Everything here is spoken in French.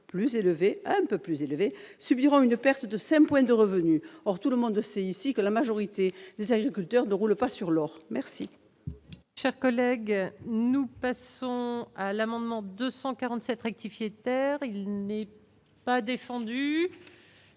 plus élevés- un peu plus élevés -subiront une perte de 5 points de revenus. Or tout le monde le sait ici, dans leur majorité, les agriculteurs ne roulent pas sur l'or.